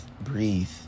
breathe